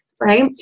right